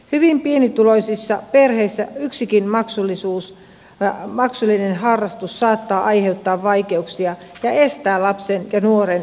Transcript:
hyvin pienituloisissa perheissä yksikin maksullinen harrastus saattaa aiheuttaa vaikeuksia ja estää lapsen ja nuoren liikuntaharrastuksen